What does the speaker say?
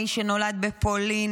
האיש שנולד בפולין,